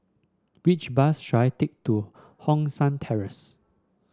which bus should I take to Hong San Terrace